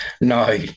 No